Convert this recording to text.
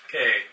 Okay